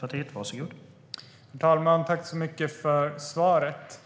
Herr talman! Tack så mycket för svaret!